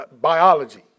biology